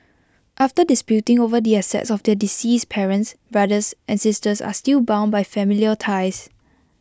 after disputing over the assets of their deceased parents brothers and sisters are still bound by familial ties